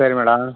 சரி மேடம்